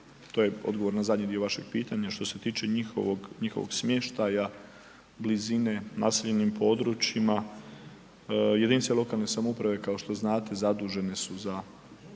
to je odgovor na zadnji dio vašeg pitanja. Što se tiče njihovog smještaja blizine naseljenim područjima, jedinice lokalne samouprave kao što znate zadužene su za